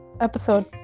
episode